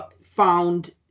found